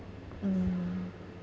mm